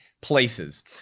places